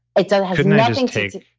it so has nothing to.